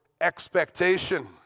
expectation